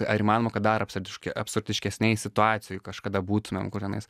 ar įmanoma kad dar absurdišk absurdiškesnėj situacijoj kažkada būtumėm kur tenais